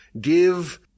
Give